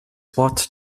what